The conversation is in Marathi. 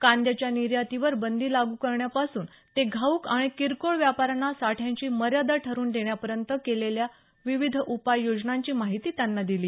कांद्याच्या निर्यातीवर बंदी लागू करण्यापासून ते घाऊक आणि किरकोळ व्यापाऱ्यांना साठ्याची मर्यादा ठरवून देण्यापर्यंत केलेल्या विविध उपाययोजनांची माहिती त्यांनी दिली